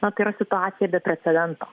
na tai yra situacija be precedento